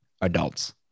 adults